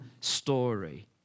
story